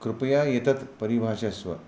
कृपया एतत् परिभाषस्व